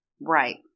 Right